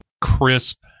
crisp